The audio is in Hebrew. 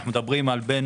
אנו מדברים על בין